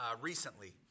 recently